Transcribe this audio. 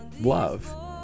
love